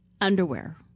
underwear